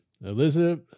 Elizabeth